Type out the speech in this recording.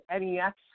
NEX